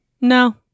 no